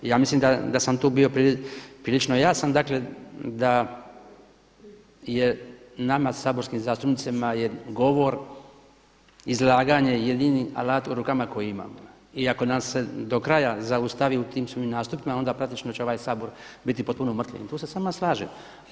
I ja mislim da sam tu bio prilično jasan, dakle da je nama saborskim zastupnicima je govor, izlaganje jedini alat u rukama koji imamo i ako nas se do kraja zaustavi u tim svojim nastupima onda praktično će ovaj Sabor biti potpuno umrtvljen i tu se s vama slažem.